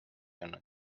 olnud